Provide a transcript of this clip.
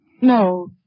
No